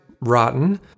rotten